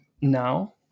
now